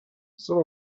some